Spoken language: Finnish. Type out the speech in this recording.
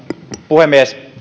puhemies